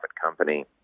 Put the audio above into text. company